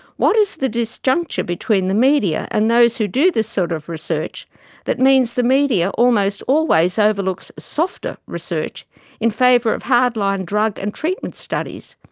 what is the disjuncture between the media and those who do this sort of research research that means the media almost always overlooks softer research in favour of hard-line drug and treatment studies?